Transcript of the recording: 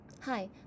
Hi